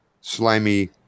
slimy